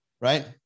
right